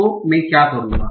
तो मैं क्या करूंगा